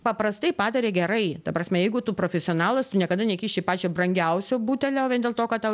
paprastai pataria gerai ta prasme jeigu tu profesionalas niekada neįkiši pačio brangiausio butelio vien dėl to kad tau